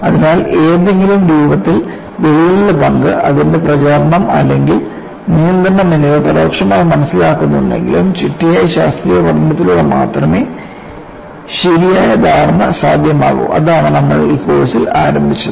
അതിനാൽ ഏതെങ്കിലും രൂപത്തിൽ വിള്ളലിന്റെ പങ്ക് അതിന്റെ പ്രചാരണം അല്ലെങ്കിൽ നിയന്ത്രണം എന്നിവ പരോക്ഷമായി മനസ്സിലാക്കുന്നുണ്ടെങ്കിലും ചിട്ടയായ ശാസ്ത്രീയ പഠനത്തിലൂടെ മാത്രമേ ശരിയായ ധാരണ സാധ്യമാകൂ അതാണ് നമ്മൾ ഈ കോഴ്സിൽ ആരംഭിച്ചത്